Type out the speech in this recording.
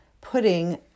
putting